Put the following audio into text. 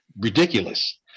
ridiculous